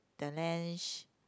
the lan~